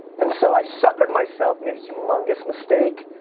and so i suckered myself made a humongous mistake,